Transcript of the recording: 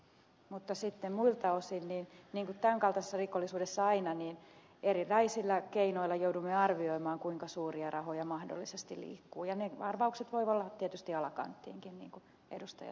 mutta sitten muilta osin niin kuin tämän kaltaisessa rikollisuudessa aina erinäisillä keinoilla joudumme arvioimaan kuinka suuria rahoja mahdollisesti liikkuujänne varaukset voidaan tietysti alakanttiinkiniko liikkuu